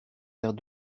vers